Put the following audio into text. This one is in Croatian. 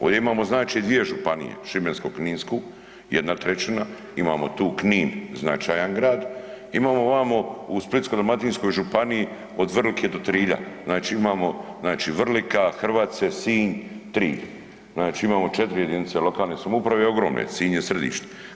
Ovdje imamo znači dvije županije Šibensko-kninsku 1/3, imamo tu Knin značajan grad, imamo vamo u Splitsko-dalmatinskoj županiji od Vrlike do Trilja, znači imamo, znači Vrlika, Hrvace, Sinj, Trilj znači imamo 4 jedinice lokalne samouprave i ogromne, Sinj je središte.